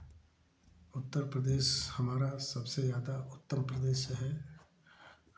उत्तर प्रदेश हमारा सबसे ज़्यादा उत्तर प्रदेश है